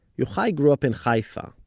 yochai grew up in haifa,